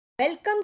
Welcome